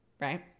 right